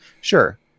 sure